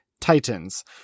Titans